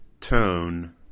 tone